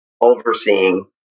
overseeing